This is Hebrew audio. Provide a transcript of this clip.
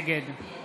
נגד